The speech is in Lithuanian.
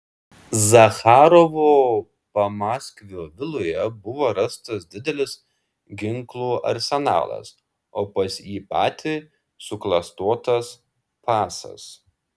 zacharovo pamaskvio viloje buvo rastas didelis ginklų arsenalas o pas jį patį suklastotas pasas